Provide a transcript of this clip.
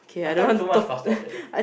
last time so much faster that eh